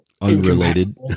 unrelated